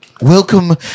Welcome